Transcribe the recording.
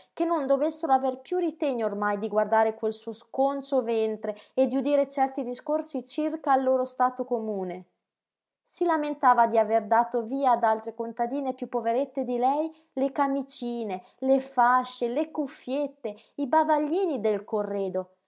che non dovessero aver piú ritegno ormai di guardare quel suo sconcio ventre e di udire certi discorsi circa al loro stato comune si lamentava di aver dato via ad altre contadine piú poverette di lei le camicine le fasce le cuffiette i bavaglini del corredo